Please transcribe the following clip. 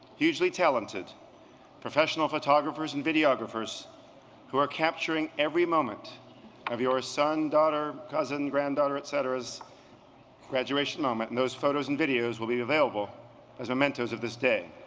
hugely talented professional photographers and videographers who are capturing every moment of your son, daughter, cousin, granddaughter, etceteras graduation moment. those photos and videos will be available as a mementos of this day.